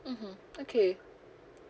mmhmm okay